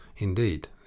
Indeed